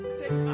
take